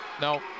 No